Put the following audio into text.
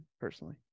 personally